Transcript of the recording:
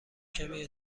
کمی